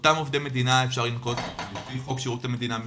אותם עובדי מדינה אפשר לנקוט לפי חוק שירות המדינה (משמעת).